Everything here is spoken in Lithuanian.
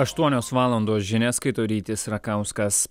aštuonios valandos žinias skaito rytis rakauskas